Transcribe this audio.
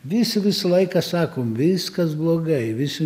visi visą laiką sakom viskas blogai visi